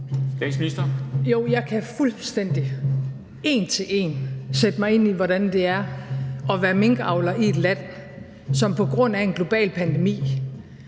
jeg kan fuldstændig en til en sætte mig ind i, hvordan det er at være minkavler i et land, som på grund af en global pandemi